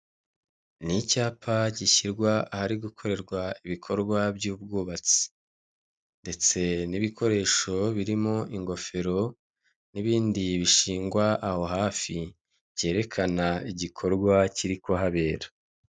Ni icyapa gishyirwa ahari gukorerwa ibikorwa by'ubwubatsi. Ndetse n'ibikoresho birimo ingofero n'ibindi bishingwa aho hafi, cyerekana igikorwa kiri kuhabera.